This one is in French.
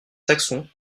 saxons